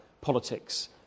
politics